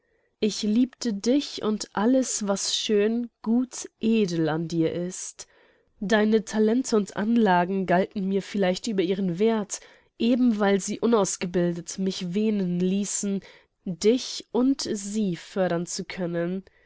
ich liebte dich und alles was schön gut edel an dir ist deine talente und anlagen galten mir vielleicht über ihren werth eben weil sie unausgebildet mich wähnen ließen dich und sie fördern zu können